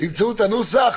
תמצאו את הנוסח.